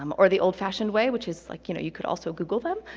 um or the old fashioned way, which is like you know you could also google them.